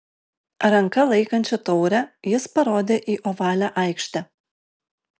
ranka laikančia taurę jis parodė į ovalią aikštę